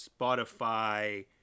Spotify